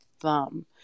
thumb